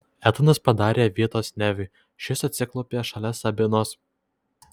etanas padarė vietos neviui šis atsiklaupė šalia sabinos